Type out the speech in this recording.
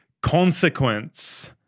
consequence